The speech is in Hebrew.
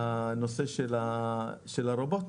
בנושא הרובוט?